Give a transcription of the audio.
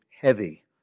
heavy